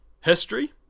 history